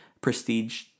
prestige